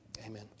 Amen